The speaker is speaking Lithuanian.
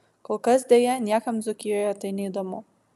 kol kas deja niekam dzūkijoje tai neįdomu